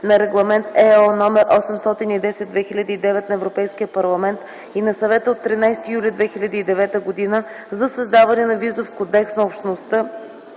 на Регламент /ЕО/ № 810/2009 на Европейския парламент и на Съвета от 13 юли 2009 г. за създаване на Визов кодекс на Общността